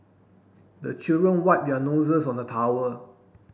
the children wipe their noses on the towel